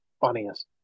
funniest